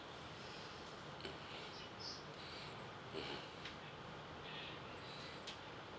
mmhmm